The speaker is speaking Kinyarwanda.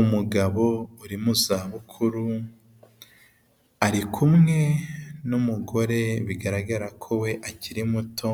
Umugabo uri mu zabukuru ari kumwe n'umugore bigaragara ko we akiri muto